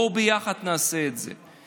בואו נעשה את זה ביחד.